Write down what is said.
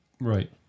Right